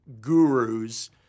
gurus